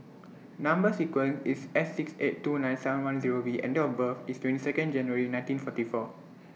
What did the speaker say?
Number sequence IS S six eight two nine seven one Zero V and Date of birth IS twenty Second January nineteen forty four